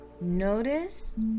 Notice